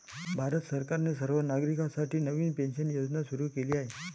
भारत सरकारने सर्व नागरिकांसाठी नवीन पेन्शन योजना सुरू केली आहे